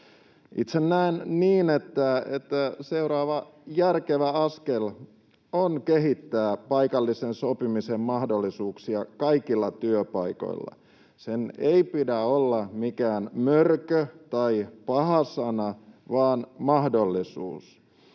Itse näen niin, että seuraava järkevä askel on kehittää paikallisen sopimisen mahdollisuuksia kaikilla työpaikoilla. Sen ei pidä olla mikään mörkö tai paha sana vaan mahdollisuus.